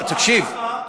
תקשיב.